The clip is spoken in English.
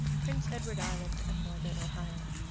prince edward island and northern ohio.